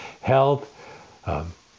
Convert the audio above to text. health